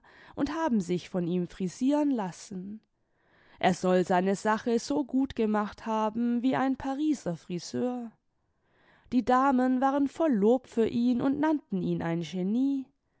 und haben sich von ihm frisieren lassen er soll seine sache so gt gemacht haben wie ein pariser friseur die damen waren voll lob für ihn und nannten ihn ein genie